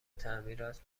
تعمیرات